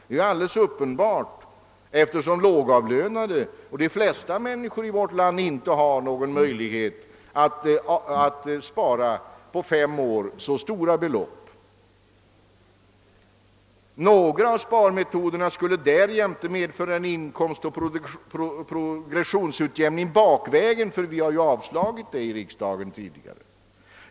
Det är alldeles uppenbart, eftersom lågavlönade och de flesta människor i vårt land inte har möjlighet att på fem år spara så stora belopp. Några av sparmetoderna skulle därjämte medföra en inkomstoch progressionsutjämning bakvägen. Vi har ju tidigare i riksdagen avslagit sådana förslag.